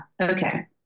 okay